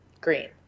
Green